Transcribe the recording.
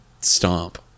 stomp